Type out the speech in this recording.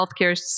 healthcare